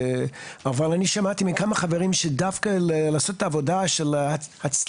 אבל אני שמעתי מכמה חברים שדווקא לעשות את העבודה של ההצללה,